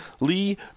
Lee